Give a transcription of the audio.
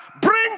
Bring